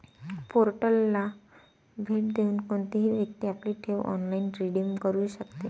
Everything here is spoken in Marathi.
पोर्टलला भेट देऊन कोणतीही व्यक्ती आपली ठेव ऑनलाइन रिडीम करू शकते